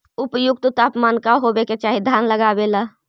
उपयुक्त तापमान का होबे के चाही धान लगावे ला?